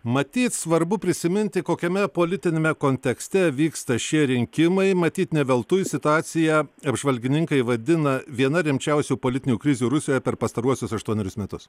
matyt svarbu prisiminti kokiame politiniame kontekste vyksta šie rinkimai matyt ne veltui situaciją apžvalgininkai vadina viena rimčiausių politinių krizių rusijoje per pastaruosius aštuonerius metus